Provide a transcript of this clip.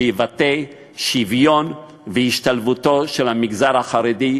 שיבטא את השוויון ואת השתלבותו של המגזר החרדי,